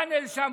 היינו בפאנל שם,